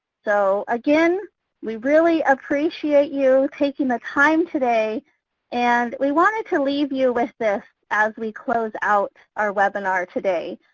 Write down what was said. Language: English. so again we really appreciate you taking the time today and we wanted to leave you with this as we close out our webinar today.